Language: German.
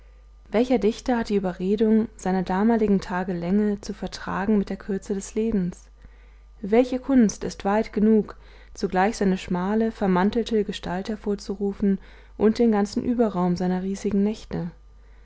welcher dichter hat die überredung seiner damaligen tage länge zu vertragen mit der kürze des lebens welche kunst ist weit genug zugleich seine schmale vermantelte gestalt hervorzurufen und den ganzen überraum seiner riesigen nächte